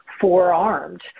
forearmed